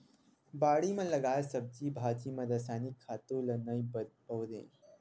बाड़ी म लगाए सब्जी भाजी म रसायनिक खातू ल नइ बउरय